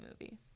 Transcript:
movie